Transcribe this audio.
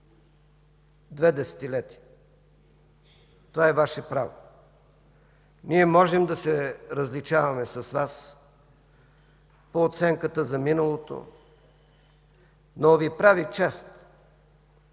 две десетилетия. Това е Ваше право. Ние можем да се различаваме с Вас по оценката за миналото, но Ви прави чест.